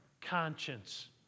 conscience